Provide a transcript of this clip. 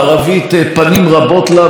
הערבית פנים רבות לה,